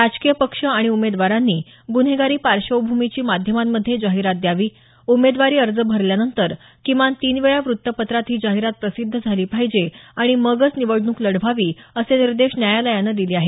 राजकीय पक्ष आणि उमेदवारांनी गुन्हेगारी पार्श्वभूमीची माध्यमांमध्ये जाहिरात द्यावी उमेदवारी अर्ज भरल्यानंतर किमान तीन वेळा वृत्तपत्रात ही जाहिरात प्रसिद्ध झाली पाहिजे आणि मगच निवडणूक लढवावी असे निर्देश न्यायालयानं दिले आहेत